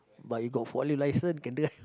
but you got forklift license can drive